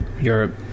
Europe